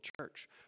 church